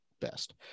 best